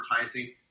advertising